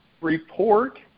report